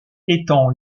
étant